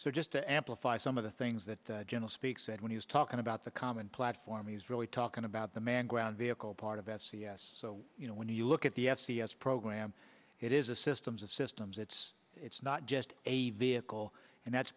so just to amplify some of the things that general speak said when he was talking about the common platform he's really talking about the man ground vehicle part of s c s so you know when you look at the f c s program it is a systems of systems it's it's not just a vehicle and that's